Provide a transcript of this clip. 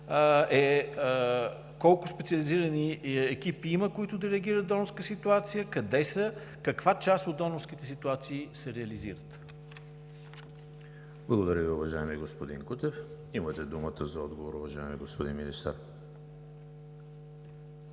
колко специализирани екипи има, които да реагират в донорска ситуация; къде са; каква част от донорските ситуации се реализират? ПРЕДСЕДАТЕЛ ЕМИЛ ХРИСТОВ: Благодаря Ви, уважаеми господин Кутев. Имате думата за отговор, уважаеми господин Министър.